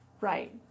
Right